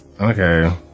Okay